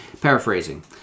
paraphrasing